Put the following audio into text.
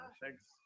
Thanks